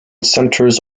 centers